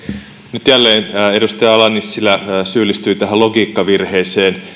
nyt jälleen edustaja ala nissilä syyllistyy logiikkavirheeseen